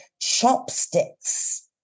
chopsticks